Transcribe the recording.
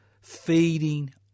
feeding